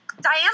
Diane